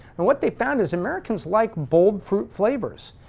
and what they found is americans like bold fruit flavors.